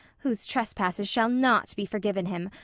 whose trespasses shall not be forgiven him,